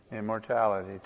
Immortality